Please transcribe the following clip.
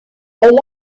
elle